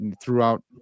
throughout